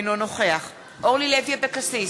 אינו נוכח אורלי לוי אבקסיס,